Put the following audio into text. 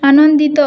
ଆନନ୍ଦିତ